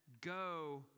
go